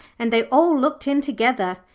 and they all looked in together.